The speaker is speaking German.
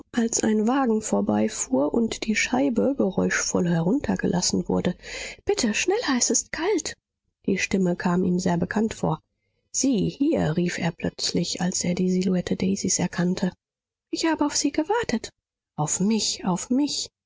als ein wagen vorfuhr und die scheibe geräuschvoll heruntergelassen wurde bitte schneller es ist kalt die stimme kam ihm sehr bekannt vor sie hier rief er plötzlich als er die silhouette daisys erkannte ich habe auf sie gewartet auf mich auf mich